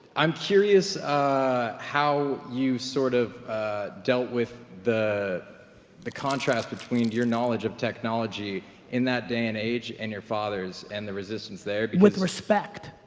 i'm curious how you sort of dealt with the the contrast between your knowledge of technology in that day and age and your father's and the resistance there. with respect.